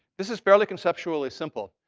this is fairly conceptually simple.